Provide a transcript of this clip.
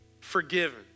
Forgiven